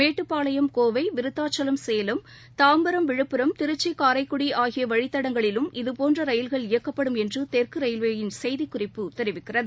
மேட்டுப்பாளையம் கோவை விருதாச்சலம் சேலம் தாம்பரம் விழுப்புரம் திருச்சி காரைக்குடிஆகியவழித்தடங்களிலும் இதுபோன்றரயில்கள் இயக்கப்படும் என்றுதெற்குரயில்வேயின் செய்திக் குறிப்பு தெரிவிக்கிறது